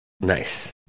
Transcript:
Nice